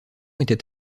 était